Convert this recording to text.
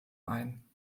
ein